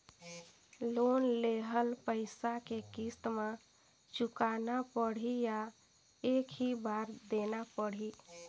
Loan लेहल पइसा के किस्त म चुकाना पढ़ही या एक ही बार देना पढ़ही?